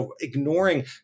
ignoring